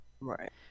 right